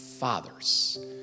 fathers